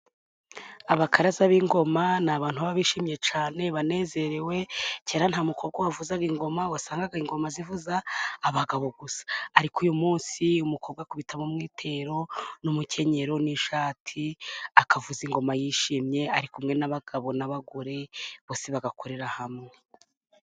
Abakaraza b'ingoma ni abantu baba bishimye cyane banezerewe kera nta mukobwa wavuzaga ingoma wasangaga ingoma zivuza abagabo gusa ariko uyu munsi umukobwa akubitamo umwitero n'umukenyero n'ishati akavuza ingoma yishimye ari kumwe n'abagabo n'abagore bose bagakorera hamwe.